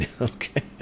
Okay